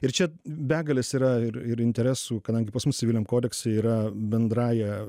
ir čia begalės yra ir ir interesų kadangi pas mus civiliniam kodekse yra bendrąja